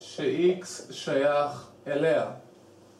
שאיקס שייך אליה.